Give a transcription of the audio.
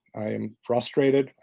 i'm frustrated.